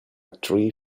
tree